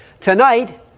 Tonight